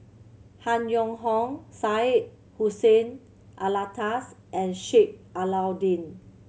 Han Yong Hong Syed Hussein Alatas and Sheik Alau'ddin